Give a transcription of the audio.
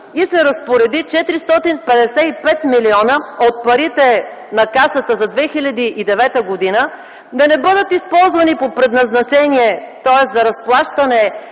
и се разпореди 455 милиона от парите на Касата за 2009 г. да не бъдат използвани по предназначение, тоест за разплащане